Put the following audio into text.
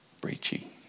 breaching